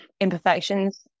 Imperfections